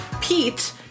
Pete